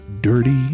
dirty